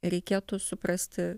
reikėtų suprasti